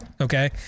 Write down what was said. Okay